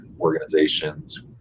organizations